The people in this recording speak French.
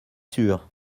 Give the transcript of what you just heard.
sur